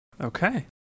Okay